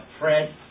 Fred